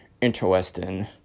interesting